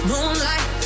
Moonlight